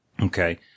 Okay